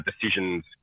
decisions